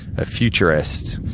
a futurist.